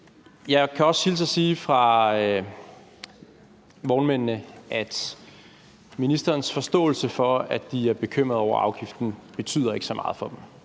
Jeg kan også hilse fra vognmændene og sige, at ministerens forståelse for, at de er bekymrede over afgiften, ikke betyder så meget for dem.